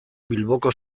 bilboko